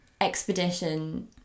expedition